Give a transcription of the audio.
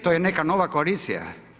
To je neka nova koalicija?